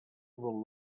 will